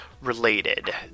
related